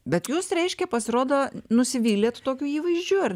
bet jūs reiškia pasirodo nusivylėt tokiu įvaizdžiu ar